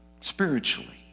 spiritually